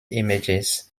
images